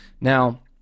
now